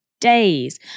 days